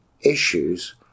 issues